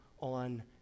on